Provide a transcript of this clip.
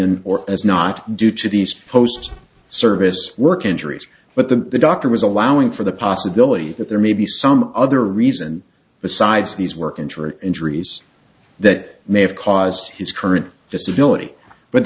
in or as not due to these post service work injuries but the doctor was allowing for the possibility that there may be some other reason besides these work injury injuries that may have caused his current disability but